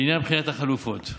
לעניין בחינת החלופות,